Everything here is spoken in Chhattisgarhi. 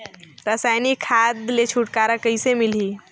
रसायनिक खाद ले छुटकारा कइसे मिलही?